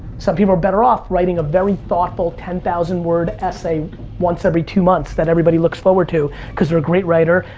some people are better off writing a very thoughtful ten thousand word essay once every two months that everybody looks forward to, cause they're a great writer.